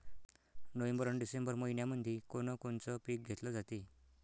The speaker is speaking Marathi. नोव्हेंबर अन डिसेंबर मइन्यामंधी कोण कोनचं पीक घेतलं जाते?